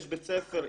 יש בית ספר איקס,